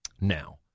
Now